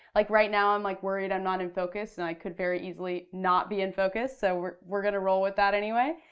like right now i'm like worried i'm not in focus and i could very easily not be in focus so we're we're gonna roll with that anyway.